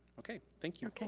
okay, thank you. okay.